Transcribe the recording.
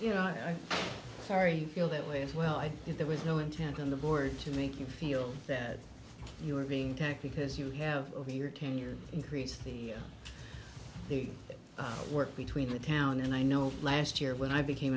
i sorry you feel that way as well if there was no intent on the board to make you feel that you were being attacked because you have over your tenure increased the work between the town and i know last year when i became